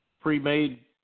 pre-made